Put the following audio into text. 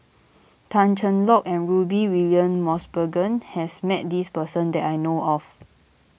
Tan Cheng Lock and Rudy William Mosbergen has met this person that I know of